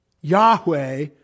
Yahweh